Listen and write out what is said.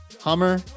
Hummer